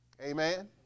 Amen